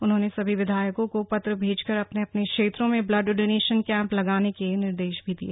उन्होने सभी विधायकों को पत्र भेजकर अपने अपने क्षेत्रो में ब्लड डोनेशन कैंप लगाने के निर्देश भी दिए